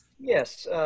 Yes